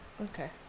okay